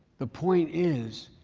the point is,